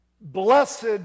Blessed